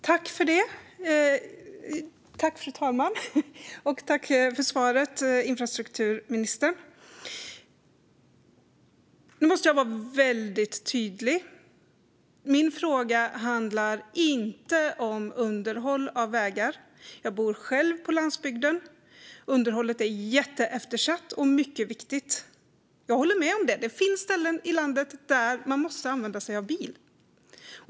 Fru talman! Jag tackar för svaret, infrastrukturministern! Nu måste jag vara mycket tydlig. Min fråga handlar inte om underhåll av vägar. Jag bor själv på landsbygden, och underhållet är jätteeftersatt och mycket viktigt. Jag håller med om att det finns ställen i landet där man måste använda sig av bil.